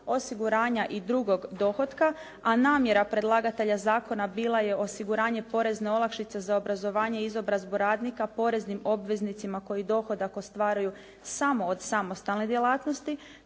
osiguranja i drugog dohotka a namjera predlagatelja zakona bila je osiguranje porezne olakšice za obrazovanje i izobrazbu radnika poreznim obveznicima koji dohodak ostvaruju samo od samostalne djelatnosti